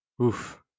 Oof